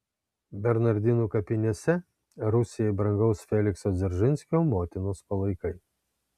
bernardinų kapinėse rusijai brangaus felikso dzeržinskio motinos palaikai